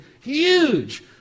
huge